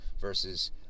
Versus